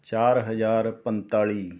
ਚਾਰ ਹਜ਼ਾਰ ਪੰਤਾਲ਼ੀ